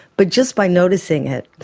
but just by noticing it,